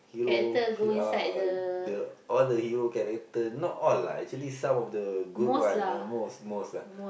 hero uh the all the hero character not all lah actually some of the good one most most lah